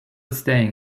staying